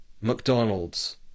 McDonald's